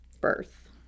birth